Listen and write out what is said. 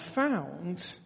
found